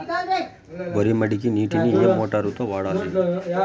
వరి మడికి నీటిని ఏ మోటారు తో వాడాలి?